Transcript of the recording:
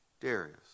Darius